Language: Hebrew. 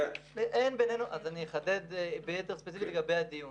אז אני אחדד ספציפית לגבי הדיון.